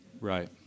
right